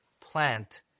plant